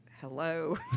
hello